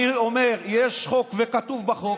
אני אומר שיש חוק וכתוב בחוק.